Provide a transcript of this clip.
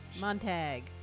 Montag